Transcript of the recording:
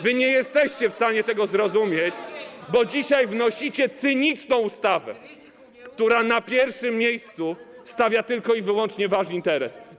Wy nie jesteście w stanie tego zrozumieć, bo dzisiaj wnosicie cyniczną ustawę, która na pierwszym miejscu stawia tylko i wyłącznie wasz interes.